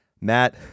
Matt